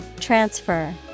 Transfer